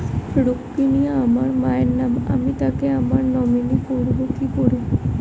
রুক্মিনী আমার মায়ের নাম আমি তাকে আমার নমিনি করবো কি করে?